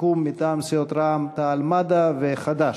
הסיכום מטעם סיעות רע"ם-תע"ל-מד"ע וחד"ש.